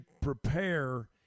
prepare